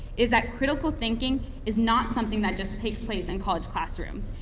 is that critical thinking is not something that just takes place in college classrooms.